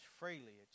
freely